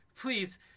Please